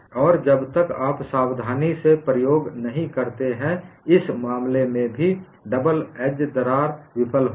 और जब तक आप सावधानी से प्रयोग नहीं करते हैं इस मामले में भी केवल डबल एज दरार विफल होगी